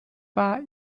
war